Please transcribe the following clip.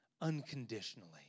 unconditionally